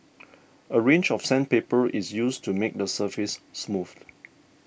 a range of sandpaper is used to make the surface smooth